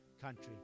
country